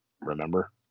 remember